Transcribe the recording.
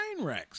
Trainwrecks